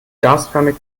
gasförmig